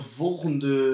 volgende